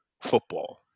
football